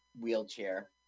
wheelchair